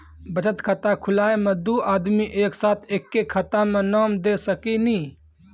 बचत खाता खुलाए मे दू आदमी एक साथ एके खाता मे नाम दे सकी नी?